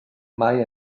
mai